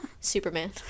superman